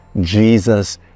Jesus